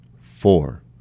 Four